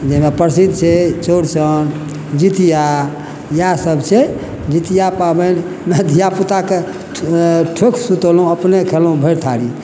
जाहिमे प्रसिद्ध छै चौरचन जितिया इएह सब छै जितिया पाबनिमे धियापुताके ठोक सुतेलहुॅं अपने खेलहुॅं भरि थारी